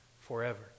forever